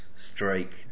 Strike